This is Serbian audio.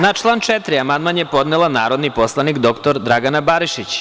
Na član 4. amandman je podnela narodni poslanik dr Dragana Barišić.